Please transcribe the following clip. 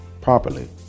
properly